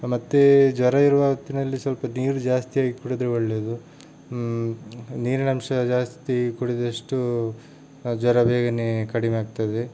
ಮತ್ತೆ ಜ್ವರ ಇರುವ ಹೊತ್ತಿನಲ್ಲಿ ಸ್ವಲ್ಪ ನೀರು ಜಾಸ್ತಿಯಾಗಿ ಕುಡಿದರೆ ಒಳ್ಳೆಯದು ನೀರಿನಂಶ ಜಾಸ್ತಿ ಕುಡಿದಷ್ಟು ಜ್ವರ ಬೇಗನೆ ಕಡಿಮೆ ಆಗ್ತದೆ